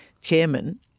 chairman